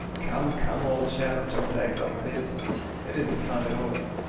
come, come, old chap, don't act like this it isn't kind at all.